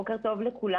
בוקר טוב לכולם.